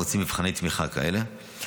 מוציא מבחני תמיכה כאלה.